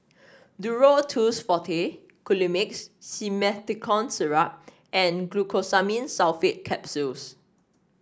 Duro Tuss Forte Colimix Simethicone Syrup and Glucosamine Sulfate Capsules